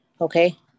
Okay